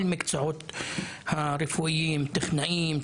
הן של כל מקצועות הרפואיים טכנאים,